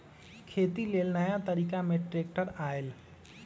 खेती लेल नया तरिका में ट्रैक्टर आयल